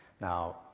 Now